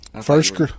First